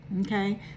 Okay